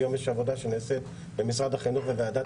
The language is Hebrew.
היום יש עבודה שנעשית במשרד החינוך ובוועדת